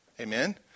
Amen